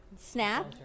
snap